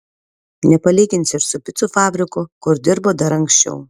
nepalyginsi ir su picų fabriku kur dirbo dar anksčiau